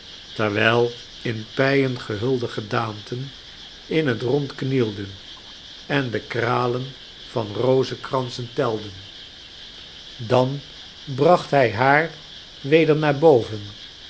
terwijl in pijen gehulde gedaanten in net rond knielden en de kralen van rozekransen telden dan bracht hij haar weder naar boven